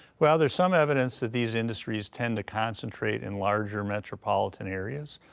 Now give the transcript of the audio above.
but there's some evidence that these industries tend to concentrate in larger metropolitan areas,